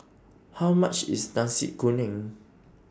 How much IS Nasi Kuning